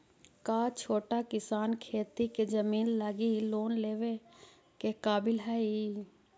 का छोटा किसान खेती के जमीन लगी लोन लेवे के काबिल हई?